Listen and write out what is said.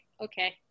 Okay